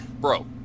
Bro